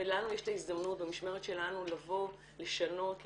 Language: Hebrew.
ולנו יש את ההזדמנות במשמרת שלנו לבוא ולשנות,